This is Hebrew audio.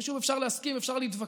ושוב, אפשר להסכים, אפשר להתווכח,